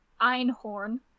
Einhorn